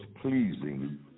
pleasing